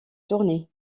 tournée